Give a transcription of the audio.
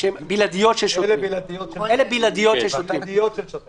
אלה בלעדיות של שוטר.